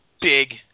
big